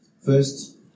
first